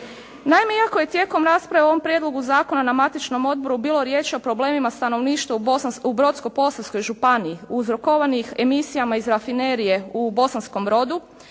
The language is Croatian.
Naime iako je tijekom rasprave o ovom prijedlogu zakona na matičnom odboru bilo riječi o problemima stanovništva u Brodsko-Posavskoj županiji uzrokovanih emisijama iz rafinerije u Bosanskom Brodu